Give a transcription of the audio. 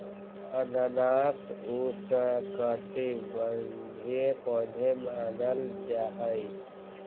अनानास उष्णकटिबंधीय पौधा मानल जाहई